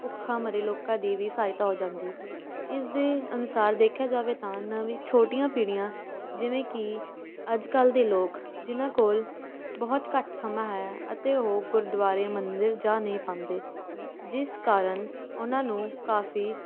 ਭੁੱਖਾ ਮਰੇ ਲੋਕਾਂ ਦੀ ਵੀ ਸਹਾਇਤਾ ਹੋ ਜਾਂਦੀ ਇਸਦੇ ਅਨੁਸਾਰ ਦੇਖਿਆ ਜਾਵੇ ਤਾਂ ਨਵੀ ਛੋਟੀਆਂ ਪੀੜ੍ਹੀਆਂ ਜਿਵੇਂ ਕਿ ਅੱਜ ਕੱਲ੍ਹ ਦੇ ਲੋਕ ਜਿਹਨਾਂ ਕੋਲ ਬਹੁਤ ਘੱਟ ਸਮਾਂ ਹੈ ਅਤੇ ਉਹ ਗੁਰਦੁਆਰੇ ਮੰਦਰ ਜਾ ਨਹੀਂ ਪਾਉਂਦੇ ਜਿਸ ਕਾਰਨ ਉਨ੍ਹਾਂ ਨੂੰ ਕਾਫੀ